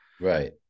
Right